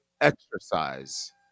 exercise